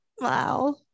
wow